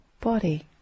body